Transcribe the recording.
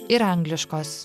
ir angliškos